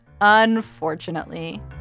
unfortunately